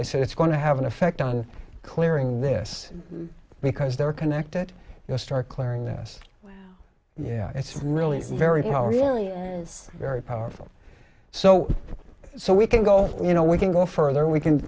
i said it's going to have an effect on clearing this because they're connected you know start clearing this yeah it's really very how really very powerful so so we can go you know we can go further we can we can